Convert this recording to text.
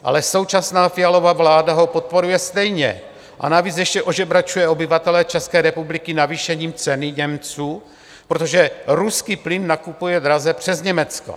Ale současná Fialova vláda ho podporuje stejně, a navíc ještě ožebračuje obyvatele České republiky navýšením ceny Němců, protože ruský plyn nakupuje draze přes Německo.